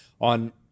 On